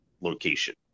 location